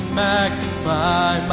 magnify